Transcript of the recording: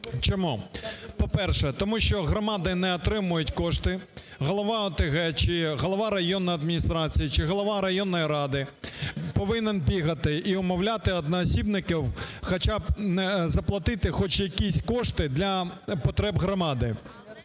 Чому. По-перше, тому що громади не отримують кошти. Голова ОТГ чи голова районної адміністрації, чи голова районної ради повинен бігати і умовляти одноосібників хоча б заплатити хоч якісь кошти для потреб громади.